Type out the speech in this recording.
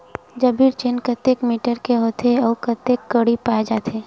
जरीब चेन कतेक मीटर के होथे व कतेक कडी पाए जाथे?